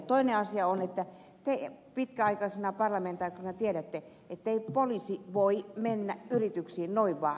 toinen asia on se että te pitkäaikaisena parlamentaarikkona tiedätte ettei poliisi voi mennä yrityksiin noin vaan